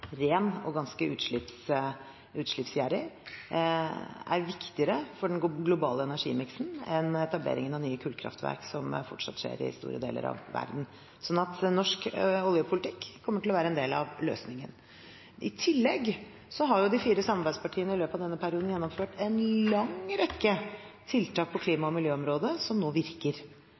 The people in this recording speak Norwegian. ren og ganske utslippsgjerrig, er viktigere for den globale energimiksen enn etableringen av nye kullkraftverk, noe som fortsatt skjer i store deler av verden. Norsk oljepolitikk kommer til å være en del av løsningen. I tillegg har de fire samarbeidspartiene i løpet av denne perioden gjennomført en lang rekke tiltak på klima- og miljøområdet som nå virker.